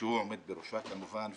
שהוא עומד בראשה, כמובן.